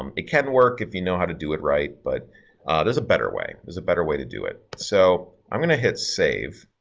um it can work if you know how to do it right. but there's a better way there's a better way to do it. so i'm going to hit save